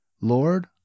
Lord